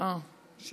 איסור